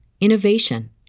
innovation